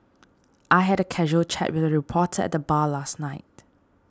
I had a casual chat with a reporter at the bar last night